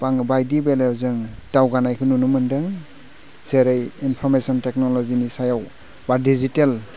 बायदि बेलायाव जों दावगानायखौ नुनो मोनदों जेरै इमफ'रमेसन टेकनल'जीनि सायाव बा दिजिटेल